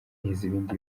ibindi